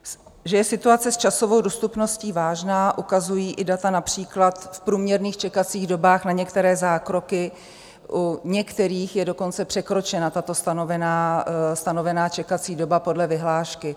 Že je situace s časovou dostupností vážná, ukazují i data například v průměrných čekacích dobách na některé zákroky, u některých je dokonce překročena tato stanovená čekací doba podle vyhlášky.